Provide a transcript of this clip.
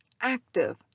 active